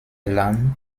lahn